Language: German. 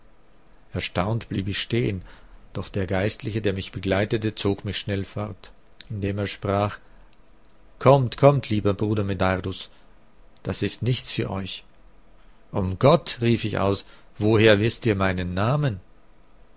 erstaunt blieb ich stehen doch der geistliche der mich begleitete zog mich schnell fort indem er sprach kommt kommt lieber bruder medardus das ist nichts für euch um gott rief ich aus woher wißt ihr meinen namen